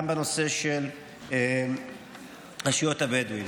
גם בנושא של רשויות הבדואים.